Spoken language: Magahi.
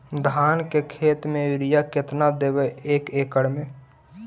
धान के खेत में युरिया केतना देबै एक एकड़ में?